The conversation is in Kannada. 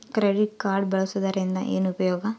ಕ್ರೆಡಿಟ್ ಕಾರ್ಡ್ ಬಳಸುವದರಿಂದ ಏನು ಉಪಯೋಗ?